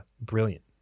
Brilliant